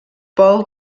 paul